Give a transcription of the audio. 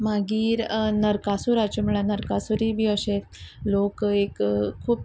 मागीर नरकासुराचे म्हणल्यार नरकासुरी बी अशे लोक एक खूब